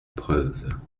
preuves